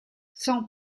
sans